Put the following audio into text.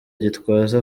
gitwaza